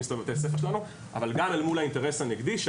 הספר שלנו ובגני הילדים שלנו אבל גם אל מול האינטרס הנגדי של